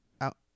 out